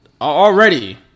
already